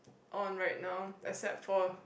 on right now except for